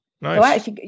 Nice